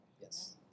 Yes